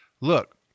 look